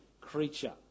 creature